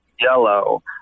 yellow